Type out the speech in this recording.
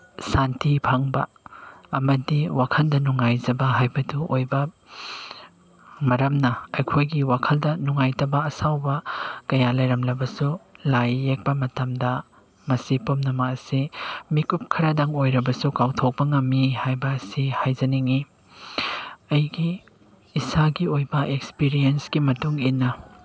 ꯁꯥꯟꯇꯤ ꯐꯪꯕ ꯑꯃꯗꯤ ꯋꯥꯈꯜꯗ ꯅꯨꯡꯉꯥꯏꯖꯕ ꯍꯥꯏꯕꯗꯨ ꯑꯣꯏꯕ ꯃꯔꯝꯅ ꯑꯩꯈꯣꯏꯒꯤ ꯋꯥꯈꯜꯗ ꯅꯨꯡꯉꯥꯏꯇꯕ ꯑꯁꯥꯎꯕ ꯀꯌꯥ ꯂꯩꯔꯝꯂꯕꯁꯨ ꯂꯥꯏ ꯌꯦꯛꯄ ꯃꯇꯝꯗ ꯃꯁꯤ ꯄꯨꯝꯅꯃꯛ ꯑꯁꯤ ꯃꯤꯀꯨꯞ ꯈꯔꯗꯪ ꯑꯣꯏꯔꯕꯁꯨ ꯀꯥꯎꯊꯣꯛꯄ ꯉꯝꯃꯤ ꯍꯥꯏꯕ ꯑꯁꯤ ꯍꯥꯏꯖꯅꯤꯡꯏ ꯑꯩꯒꯤ ꯏꯁꯥꯒꯤ ꯑꯣꯏꯕ ꯑꯦꯛꯁꯄꯤꯌꯦꯟꯁꯀꯤ ꯃꯇꯨꯡꯏꯟꯅ